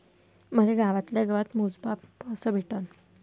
मले गावातल्या गावात मोजमाप कस भेटन?